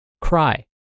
Cry